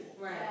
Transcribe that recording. Right